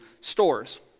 stores